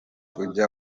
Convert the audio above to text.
kujya